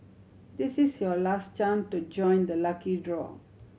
this is your last chance to join the lucky draw